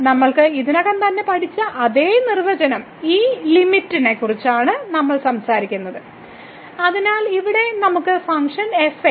നമ്മൾ ഇതിനകം തന്നെ പഠിച്ച അതേ നിർവചനം ഈ ലിമിറ്റ്യെക്കുറിച്ചാണ് നമ്മൾ സംസാരിക്കുന്നത് അതിനാൽ ഇവിടെ നമ്മുടെ ഫംഗ്ഷൻ fx